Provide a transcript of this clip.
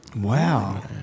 Wow